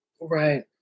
Right